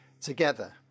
together